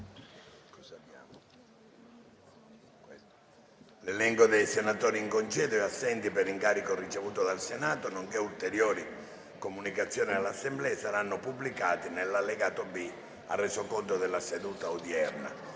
L'elenco dei senatori in congedo e assenti per incarico ricevuto dal Senato, nonché ulteriori comunicazioni all'Assemblea saranno pubblicati nell'allegato B al Resoconto della seduta odierna.